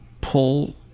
pull